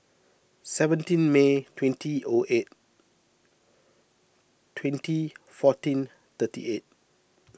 seventeen May twenty O eight twenty fourteen thirty eight